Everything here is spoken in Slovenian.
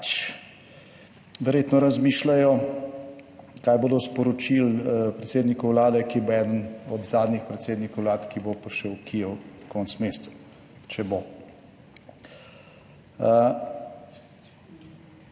verjetno razmišljajo, kaj bodo sporočili predsedniku Vlade, ki bo eden od zadnjih predsednikov Vlad, ki bo prišel v Kijev konec meseca, če bo.